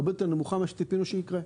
הרבה יותר נמוכה ממה שציפינו שיקרה.